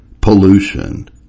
pollution